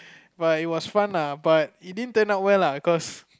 but it was fun lah but it didn't turn out well lah cause